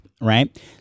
right